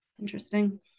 Interesting